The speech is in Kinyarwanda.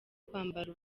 kwambara